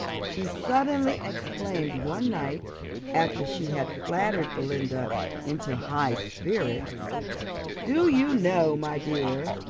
she suddenly exclaimed one night after she had flattered belinda into high spirits do you know, my dear,